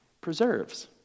Preserves